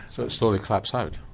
so it slowly claps out?